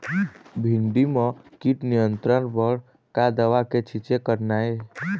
भिंडी म कीट नियंत्रण बर का दवा के छींचे करना ये?